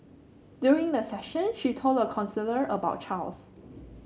during the session she told the counsellor about Charles